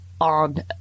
on